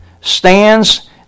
stands